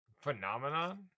Phenomenon